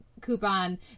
coupon